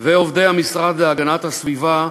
ועובדי המשרד להגנת הסביבה,